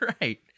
right